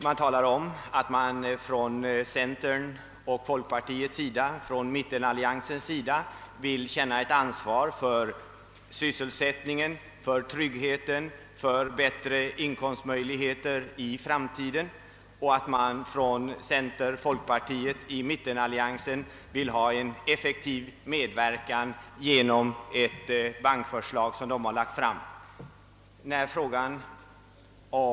Man har talat om att mittenalliansen känner ansvar för sysselsättningen, tryggheten och möjligheterna till bättre inkomster i framtiden. Mittenpartierna vill i stället medverka till detta genom det bankförslag som de själva lagt fram.